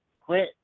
quit